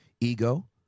Ego